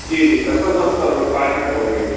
جی جی سر بس بس سر پانچ منٹ میں پہنچ گیا بس